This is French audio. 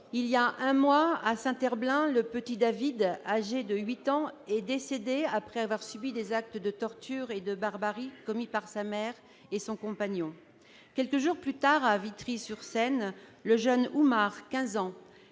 Il y a un mois, à Saint-Herblain, le petit David, âgé de huit ans, est décédé après avoir subi des actes de torture et de barbarie commis par sa mère et son compagnon. Quelques jours plus tard, à Vitry-sur-Seine, le jeune Oumar, quinze